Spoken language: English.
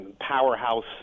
powerhouse